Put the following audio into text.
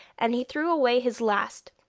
and he threw away his last,